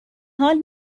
حال